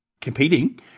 competing